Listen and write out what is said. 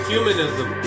Humanism